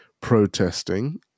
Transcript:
protesting